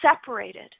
separated